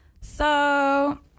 So-